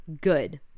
good